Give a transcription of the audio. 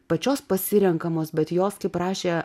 pačios pasirenkamos bet jos kaip rašė